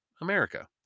America